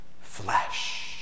Flesh